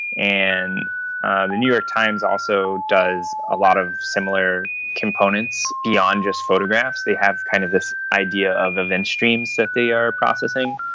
and and the new york times also does a lot of similar components beyond just photographs, they have kind of this idea of event streams that they are processing.